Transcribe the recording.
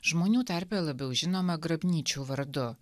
žmonių tarpe labiau žinoma grabnyčių vardu